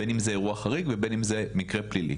בין אם זה אירוע חריג או מקרה פלילי.